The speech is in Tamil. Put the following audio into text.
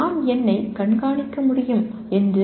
நான் என்னை கண்காணிக்க முடியும் என்று